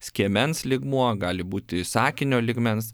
skiemens lygmuo gali būti sakinio lygmens